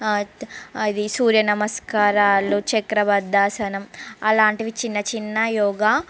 అది సూర్యనమస్కారాలు చక్రవర్ధ ఆసనం అలాంటివి చిన్న చిన్న యోగా